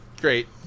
Great